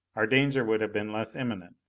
our danger would have been less imminent.